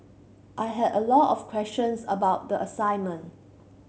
I had a lot of questions about the assignment